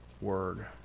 word